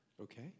Okay